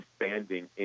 expanding